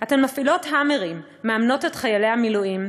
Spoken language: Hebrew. אתן מפעילות "האמרים" מאמנות חיילי מילואים,